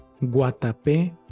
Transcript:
Guatapé